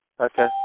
Okay